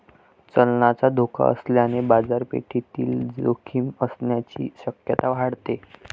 चलनाचा धोका असल्याने बाजारपेठेतील जोखीम असण्याची शक्यता वाढते